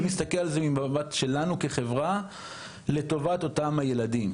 אני מסתכל על זה ממבט שלנו כחברה לטובת אותם ילדים.